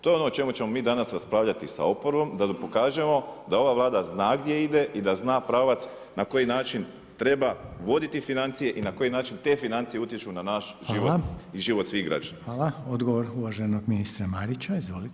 To je ono o čemu ćemo mi danas raspravljati sa oporbom, da pokažemo da ova Vlada zna gdje ide i da zna pravac na koji način treba voditi financije i na koji način te financije utječu na naš život i život svih građana.